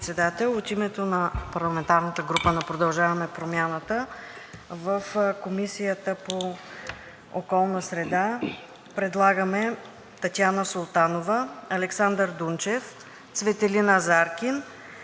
от името на парламентарната група на „Продължаваме Промяната“ в Комисията по околната среда предлагаме Татяна Султанова, Александър Дунчев, Цветелина Заркин,